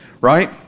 right